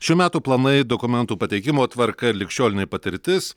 šių metų planai dokumentų pateikimo tvarka ligšiolinė patirtis